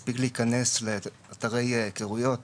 מספיק להיכנס לאתרי היכרויות